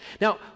Now